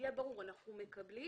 שיהיה ברור, אנחנו מקבלים